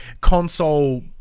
console